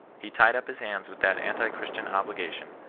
he tied up his hands with that anti-christian obligation,